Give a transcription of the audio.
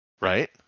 right